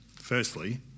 firstly